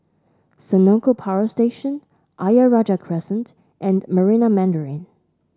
Senoko Power Station Ayer Rajah Crescent and Marina Mandarin